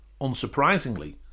Unsurprisingly